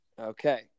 okay